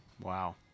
Wow